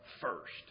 first